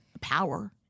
power